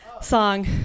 song